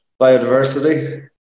biodiversity